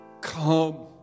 come